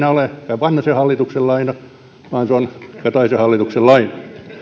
ole enää vanhasen hallituksen laina vaan se on kataisen hallituksen laina